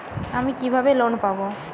আমি কিভাবে লোন পাব?